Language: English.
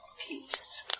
peace